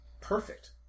perfect